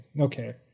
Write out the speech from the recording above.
Okay